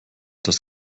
das